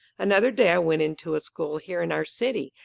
another day i went into a school here in our city.